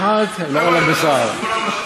אבל אמר איתן כבל נכון: בנחת נשמעים.